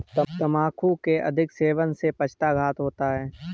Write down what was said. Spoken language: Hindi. तंबाकू के अधिक सेवन से पक्षाघात होता है